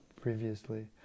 previously